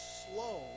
slow